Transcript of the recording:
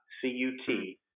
C-U-T